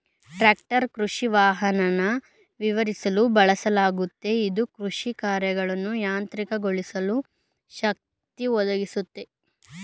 tractor ಕೃಷಿವಾಹನನ ವಿವರಿಸಲು ಬಳಸಲಾಗುತ್ತೆ ಇದು ಕೃಷಿಕಾರ್ಯಗಳನ್ನ ಯಾಂತ್ರಿಕಗೊಳಿಸಲು ಶಕ್ತಿ ಒದಗಿಸುತ್ತೆ